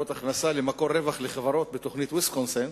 הכנסה למקור רווח לחברות בתוכנית ויסקונסין,